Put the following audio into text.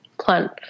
plant